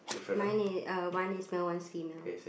mine is uh one is male one female